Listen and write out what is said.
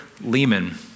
Lehman